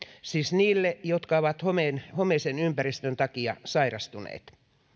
siis niille jotka ovat homeisen homeisen ympäristön takia sairastuneet